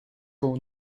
pour